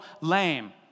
lame